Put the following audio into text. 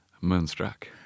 Moonstruck